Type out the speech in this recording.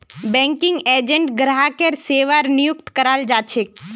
banking agent ग्राहकेर सेवार नियुक्त कराल जा छेक